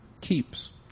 Keeps